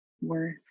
worth